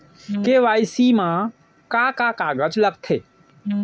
KYC मा का का कागज लगथे?